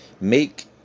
make